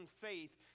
faith